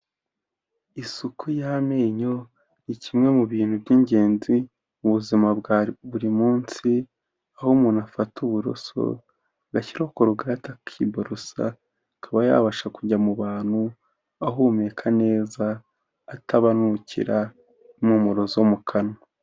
Isuku y'amenyo ni kimwe mu bintu by'ingenzi mu buzima bwa buri munsi, aho umuntu afata uburoso agashyiraho korogate akibarosa akaba yabasha kujya mu bantu ahumeka neza atabanukira impumuro zo mu kanwa.